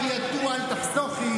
ותבנה איתם את בית המקדש כבר.